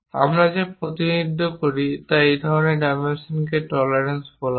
আমরা যা প্রতিনিধিত্ব করি এই ধরনের ডাইমেনশনকে টলারেন্স বলা হয়